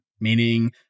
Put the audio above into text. meaning